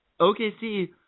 OKC